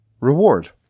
reward